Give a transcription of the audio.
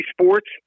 sports